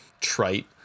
trite